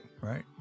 right